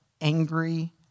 angry